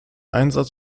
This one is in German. einsatz